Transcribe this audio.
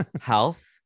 health